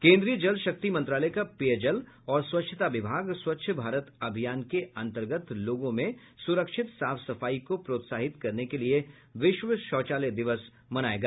केन्द्रीय जल शक्ति मंत्रालय का पेय जल और स्वच्छता विभाग स्वच्छ भारत अभियान के अंतर्गत लोगों में सुरक्षित साफ सफाई को प्रोत्साहित करने के लिए विश्व शौचालय दिवस मनायेगा